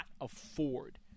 afford